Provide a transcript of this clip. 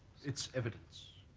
it's evidence.